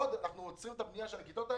אנחנו עוצרים את הבנייה של הכיתות האלה?